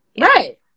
right